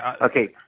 Okay